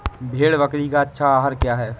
भेड़ बकरी का अच्छा आहार क्या है?